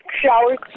shower